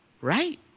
right